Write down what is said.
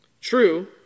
True